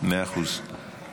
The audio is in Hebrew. מאה אחוז.